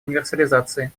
универсализации